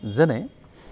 যেনে